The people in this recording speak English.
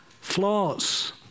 flaws